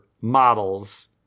models